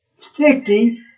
Sticky